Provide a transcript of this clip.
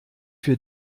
für